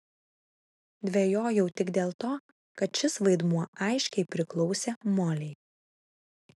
dvejojau tik dėl to kad šis vaidmuo aiškiai priklausė molei